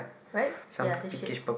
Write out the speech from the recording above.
right ya the shirt